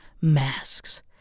masks